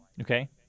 Okay